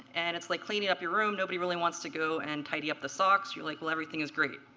and it's like cleaning up your room nobody really wants to go and tidy up the socks. you're like, well, everything is great.